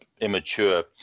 immature